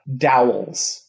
dowels